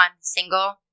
single